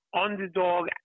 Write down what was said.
underdog